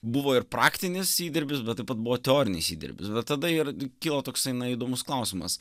buvo ir praktinis įdirbis bet taip pat buvo teorinis įdirbis bet tada ir kilo toksai na įdomus klausimas